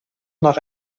nach